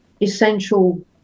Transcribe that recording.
essential